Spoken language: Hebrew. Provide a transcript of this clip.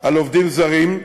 על עובדים זרים,